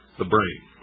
the brain,